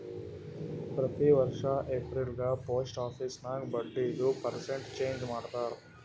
ಪ್ರತಿ ವರ್ಷ ಎಪ್ರಿಲ್ಗ ಪೋಸ್ಟ್ ಆಫೀಸ್ ನಾಗ್ ಬಡ್ಡಿದು ಪರ್ಸೆಂಟ್ ಚೇಂಜ್ ಮಾಡ್ತಾರ್